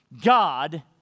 God